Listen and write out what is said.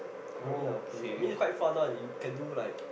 only in R_P I mean quite fun one you can do like